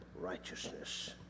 Righteousness